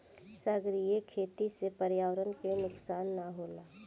सागरीय खेती से पर्यावरण के नुकसान ना होला